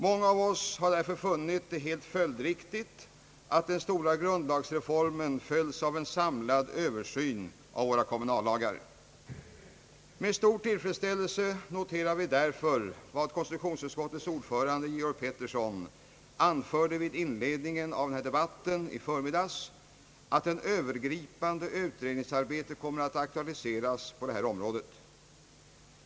Många av oss har därför funnit det helt följdriktigt, att det efter den stora grundlagsreformen blir en samlad översyn av kommunallagarna. Med stor tillfredsställelse noterar vi därför vad konstitutionsutskottets ordförande, herr Georg Pettersson, anförde vid inledningen av denna debatt i förmiddags, att ett övergripande utredningsarbete kommer att aktualiseras på detta område.